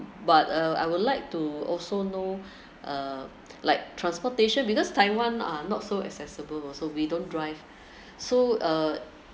but uh I would like to also know uh like transportation because taiwan are not so accessible also we don't drive so uh